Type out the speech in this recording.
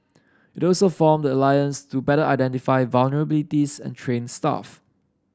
it also formed the alliance to better identify vulnerabilities and train staff